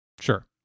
Sure